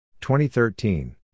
2013